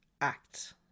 act